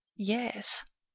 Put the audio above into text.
yes.